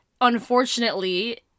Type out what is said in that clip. unfortunately